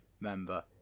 member